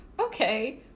okay